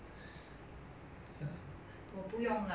ya lor for poly 他们刚刚 resume 学校 mah